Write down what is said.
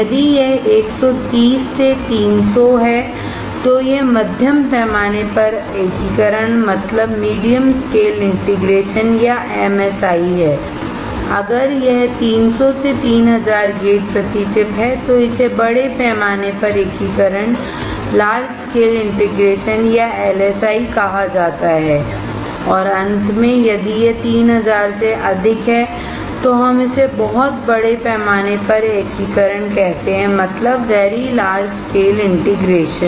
यदि यह 130 से 300 है तो यह मध्यम पैमाने पर एकीकरण या MSI है अगर यह 300 से 3000 गेट प्रति चिप है तो इसे बड़े पैमाने पर एकीकरण या LSI कहा जाता है और अंत में यदि यह 3000 से अधिक है तो हम इसे बहुत बड़े पैमाने पर एकीकरण कहते हैं मतलब Very Large Scale Integration